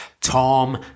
Tom